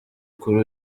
kuri